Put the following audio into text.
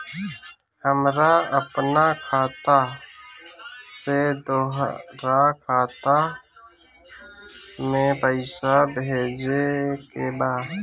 हमरा आपन खाता से दोसरा खाता में पइसा भेजे के बा